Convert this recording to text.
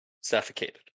Suffocated